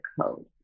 code